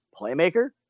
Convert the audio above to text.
playmaker